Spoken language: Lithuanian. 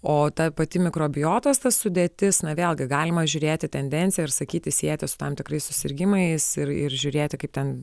o ta pati mikrobiotos ta sudėtis na vėlgi galima žiūrėti tendenciją ir sakyti sieti su tam tikrais susirgimais ir ir žiūrėti kaip ten